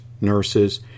nurses